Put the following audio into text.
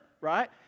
right